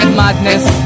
madness